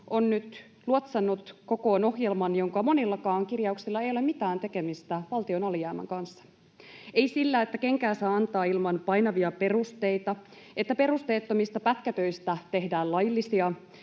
on nyt luotsannut kokoon ohjelman, jonka monillakaan kirjauksilla ei ole mitään tekemistä valtion alijäämän kanssa — ei sillä, että kenkää saa antaa ilman painavia perusteita, että perusteettomista pätkätöistä tehdään laillisia